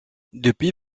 depuis